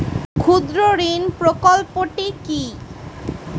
ক্ষুদ্রঋণ প্রকল্পটি কি?